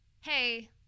hey